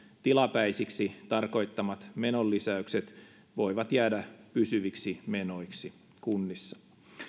tilapäisiksi tarkoittamat menolisäykset voivat jäädä pysyviksi menoiksi kunnissa